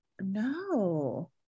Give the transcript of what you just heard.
No